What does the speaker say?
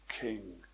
king